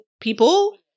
people